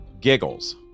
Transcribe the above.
Giggles